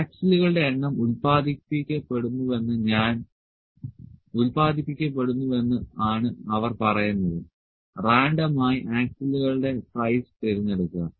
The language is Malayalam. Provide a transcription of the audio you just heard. ആക്സിലുകളുടെ എണ്ണം ഉൽപാദിപ്പിക്കപ്പെടുന്നുവെന്ന് ആണ് അവർ പറയുന്നത് റാൻഡമായി ആക്സിലുകളുടെ സൈസ് തിരഞ്ഞെടുക്കുക